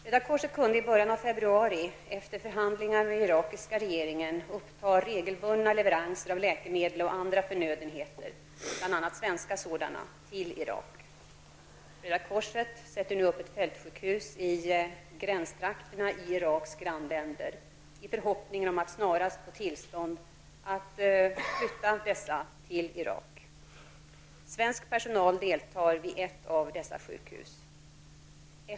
Röda korset kunde i början av februari efter förhandlingar med irakiska regeringen uppta regelbundna leveranser av läkemedel och andra förnödenheter, bl.a. svenska sådana, till Irak. Röda korset sätter nu upp fältsjukhus i gränstrakterna i Iraks grannländer i förhoppningen om att snarast få tillstånd att flytta dessa till Irak. Svensk personal deltar vid ett av dessa sjukhus.